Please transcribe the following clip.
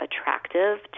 attractive